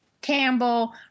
Campbell